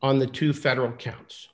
on the two federal counts